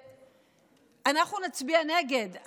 אנחנו נצביע נגד.